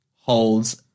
Holds